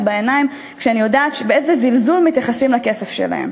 בעיניים כשאני יודעת באיזה זלזול מתייחסים לכסף שלהם.